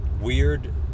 weird